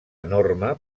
enorme